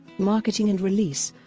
marketing and release